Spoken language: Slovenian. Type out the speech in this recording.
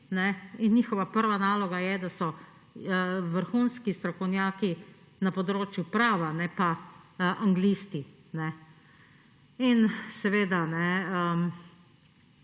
In njihova prva naloga je, da so vrhunski strokovnjaki na področju prava, ne pa anglisti. Saj